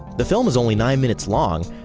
the film is only nine minutes long,